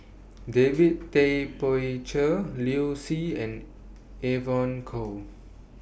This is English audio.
David Tay Poey Cher Liu Si and Evon Kow